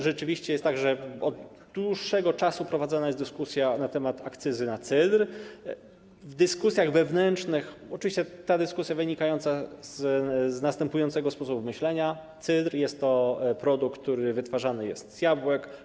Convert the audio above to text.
Rzeczywiście jest tak, że od dłuższego czasu prowadzona jest dyskusja na temat akcyzy na cydr, dyskusja wewnętrzna, oczywiście wynikająca z następującego sposobu myślenia: cydr to produkt, który wytwarzany jest z jabłek.